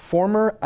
Former